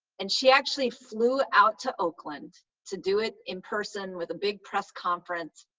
and she actually flew out to oakland to do it in person with a big press conference.